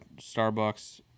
Starbucks